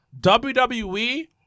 WWE